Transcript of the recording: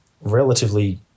relatively